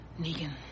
Negan